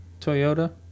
Toyota